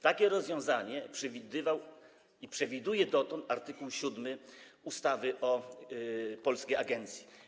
Takie rozwiązanie przewidywał i przewiduje dotąd art. 7 ustawy o polskiej agencji.